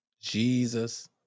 Jesus